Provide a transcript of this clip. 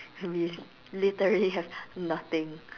we literally have nothing